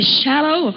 shallow